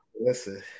Listen